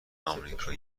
آمریکایی